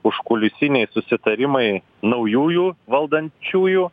užkulisiniai susitarimai naujųjų valdančiųjų